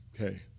Okay